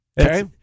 Okay